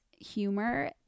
humor